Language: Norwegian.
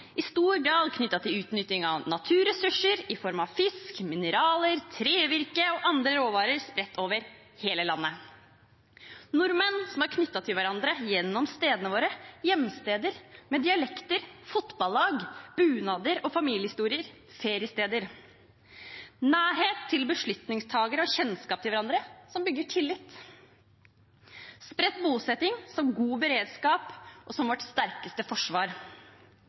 i stor grad knyttet til utnytting av naturressurser i form av fisk, mineraler, trevirke og andre råvarer, spredt over hele landet nordmenn som er knyttet til hverandre gjennom stedene våre, hjemsteder med dialekter, fotballag, bunader, familiehistorier, feriesteder nærhet til beslutningstakere og kjennskap til hverandre, som bygger tillit spredt bosetting som god beredskap og som vårt sterkeste forsvar